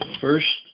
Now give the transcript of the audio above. first